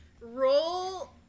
roll